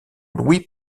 louis